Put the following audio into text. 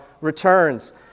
returns